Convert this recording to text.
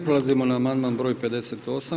Prelazimo na amandman br. 58.